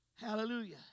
Hallelujah